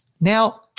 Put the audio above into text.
Now